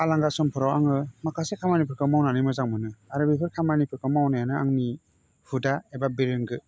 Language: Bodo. आलांगा समफोराव आङो माखासे खामानिफोरखौ मावनानै मोजां मोनो आरो बेफोर खामानिफोरखौ मावनायानो आंनि हुदा एबा बिरोंगो